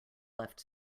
left